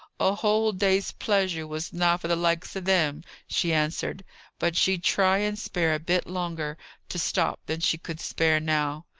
a whole day's pleasure was na for the likes of them, she answered but she'd try and spare a bit longer to stop than she could spare now.